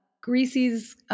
Greasy's